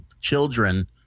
children